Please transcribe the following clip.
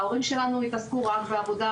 ההורים שלנו התעסקו רק בעבודה,